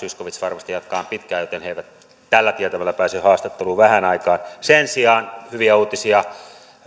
zyskowicz varmasti jatkavat pitkään joten he eivät tällä tietämällä pääse haastatteluun vähään aikaan sen sijaan hyviä uutisia